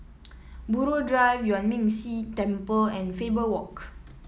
Buroh Drive Yuan Ming Si Temple and Faber Walk